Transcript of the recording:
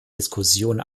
diskussion